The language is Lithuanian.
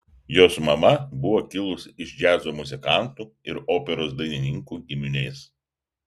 jos mama buvo kilusi iš džiazo muzikantų ir operos dainininkų giminės